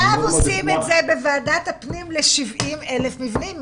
עושים את זה בוועדת הפנים ל-70 אלף מבנים,